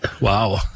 Wow